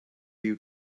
you